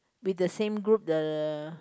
with the same group the